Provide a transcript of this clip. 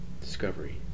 Discovery